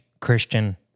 Christian